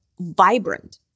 vibrant